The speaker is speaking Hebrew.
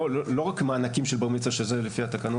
לא רק מענקים של בר מצווה, שזה לפי התקנות.